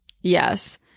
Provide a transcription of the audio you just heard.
yes